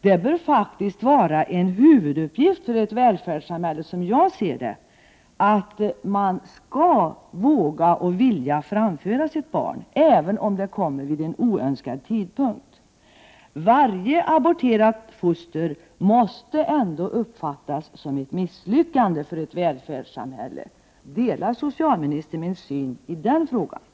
Det bör faktiskt vara en huvuduppgift för ett välfärdssamhälle, som jag ser det, att en kvinna skall våga och vilja framföda sitt barn även om det kommer vid en oönskad tidpunkt. Varje aborterat foster måste uppfattas som ett misslyckande för ett välfärdssamhäl le. Delar socialministern min syn i den frågan? Prot.